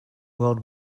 world